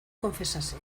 confesase